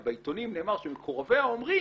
אבל בעיתונים נאמר שמקורביה אומרים: